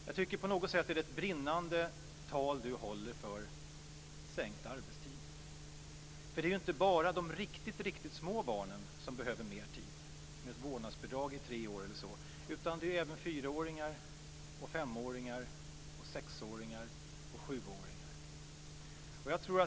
Jag tycker att det på något sätt är ett brinnande tal han håller för sänkt arbetstid, för det är ju inte bara de riktigt små barnen som behöver mer tid med hjälp av ett vårdnadsbidrag i tre år eller så, utan det behöver även fyra-, fem-, sex och sjuåringar.